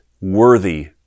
worthy